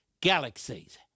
galaxies